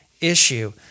issue